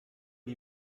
die